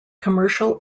commercial